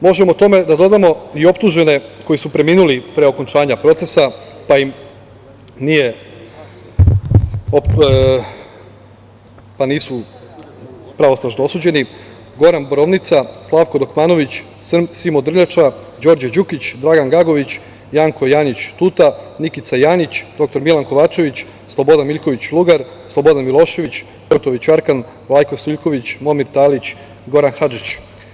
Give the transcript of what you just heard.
Možemo tome da dodamo i optužene koji su preminuli pre okončanja procesa, pa nisu pravosnažno osuđeni, Goran Borovnica, Slavko Dokmanović, Simo Drljača, Đorđe Đukić, Dragan Gagović, Janko Janjić-Tuta, Nikica Janjić, dr Milan Kovačević, Slobodan Miljković-Lugar, Slobodan Milošević, Željko Ražnjatović-Arkan, Vlajko Stojiljković, Momir Talić, Goran Hadžić.